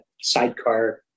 sidecar